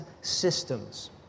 systems